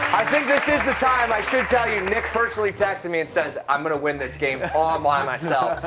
i think this is the time i should tell you nick personally texted me and says i'm going to win this game all um by myself.